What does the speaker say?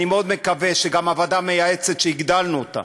אני מאוד מקווה שגם הוועדה המייעצת, שהגדלנו אותה